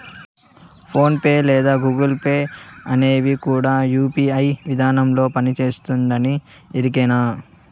phone pay లేదా Google Pay అనేవి కూడా యూ.పీ.ఐ విదానంలోనే పని చేస్తుండాయని ఎరికేనా